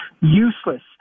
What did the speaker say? Useless